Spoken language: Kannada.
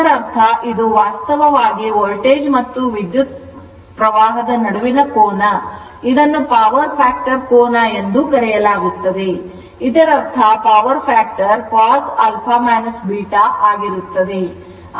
ಇದರರ್ಥ ಇದು ವಾಸ್ತವವಾಗಿ ವೋಲ್ಟೇಜ್ ಮತ್ತು ಪ್ರವಾಹದ ನಡುವಿನ ಕೋನ ಇದನ್ನು ಪವರ್ ಫ್ಯಾಕ್ಟರ್ ಕೋನ ಎಂದು ಕರೆಯಲಾಗುತ್ತದೆ ಇದರರ್ಥ ಪವರ್ ಫ್ಯಾಕ್ಟರ್ cos ಆಗಿರುತ್ತದೆ